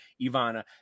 Ivana